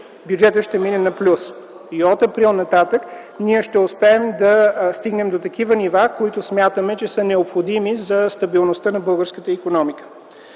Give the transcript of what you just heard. бюджетът ще мине на плюс. И от м. април нататък ние ще успеем да стигнем до такива нива, които смятаме, че са необходими за стабилността на българската икономика.